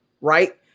right